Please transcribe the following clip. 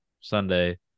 Sunday